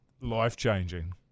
life-changing